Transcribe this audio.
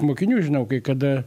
mokinių žinau kai kada